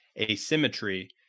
asymmetry